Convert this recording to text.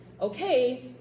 okay